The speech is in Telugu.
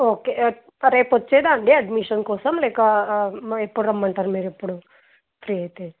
ఓకే ఆ రేపొచ్చేదా అండి అడ్మిషన్ కోసం లేక ఎప్పుడు రమ్మంటారు మీరు ఎప్పుడు ఫ్రీ అయితే